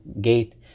gate